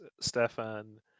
Stefan